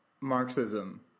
Marxism